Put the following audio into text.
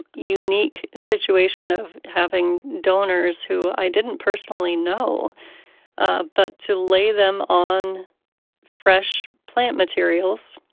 unique situation of having donors who i didn't personally know ah but to lay them on fresh plant materials,